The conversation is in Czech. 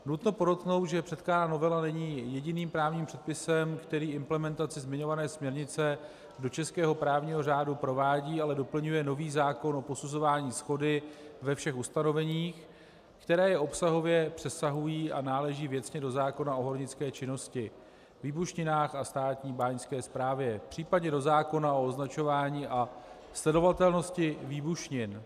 Nutno podotknout, že předkládaná novela není jediným právním předpisem, který implementaci zmiňované směrnice do českého právního řádu provádí, ale doplňuje nový zákon o posuzování shody ve všech ustanoveních, která je obsahově přesahují a náleží věcně do zákona o hornické činnosti, výbušninách a Státní báňské správě, případně do zákona o označování a sledovatelnosti výbušnin.